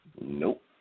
Nope